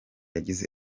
yagize